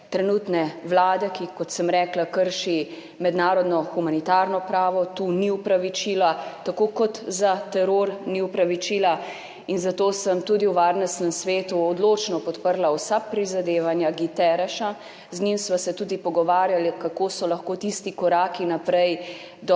izraelske vlade, ki, kot sem rekla, krši mednarodno humanitarno pravo. Tu ni opravičila, tako kot za teror ni opravičila. Zato sem tudi v Varnostnem svetu odločno podprla vsa prizadevanja Guterresa. Z njim sva se tudi pogovarjala, kako so lahko tisti koraki naprej do